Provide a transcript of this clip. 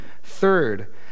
Third